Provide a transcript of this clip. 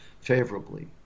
favorably